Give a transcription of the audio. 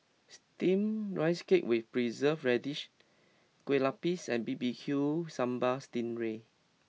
Steam Rice Cake with Preserved Radish Kueh Lapis and B B Q Sambal Sting Ray